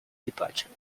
departure